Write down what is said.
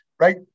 right